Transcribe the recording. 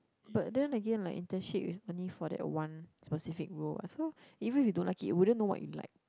but then again like internship is only for that one specific rule what so even if you don't like it you wouldn't know what you like